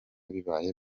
bibaye